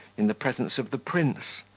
in the presence of the prince,